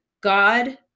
god